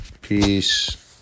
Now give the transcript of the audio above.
Peace